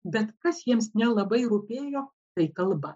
bet kas jiems nelabai rūpėjo tai kalba